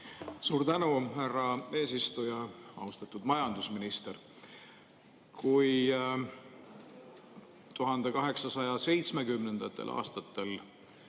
Suur tänu, härra eesistuja! Austatud majandusminister! Kui 1870. aastatel